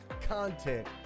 content